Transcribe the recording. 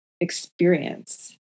experience